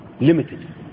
limited